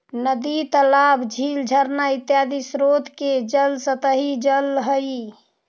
नदी तालाब, झील झरना इत्यादि स्रोत के जल सतही जल हई